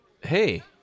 Hey